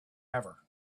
ever